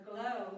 Glow